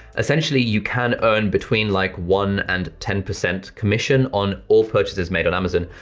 essentially you can earn between like one and ten percent commission on all purchases made on amazon,